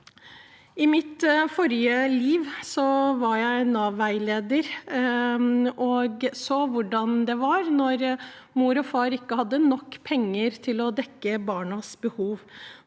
I mitt forrige liv var jeg Nav-veileder og så hvordan det var når mor og far ikke hadde nok penger til å dekke barnas behov.